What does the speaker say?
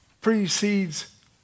precedes